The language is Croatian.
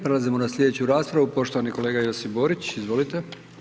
Prelazimo na slijedeću raspravu, poštovani kolega Josip Borić, izvolite.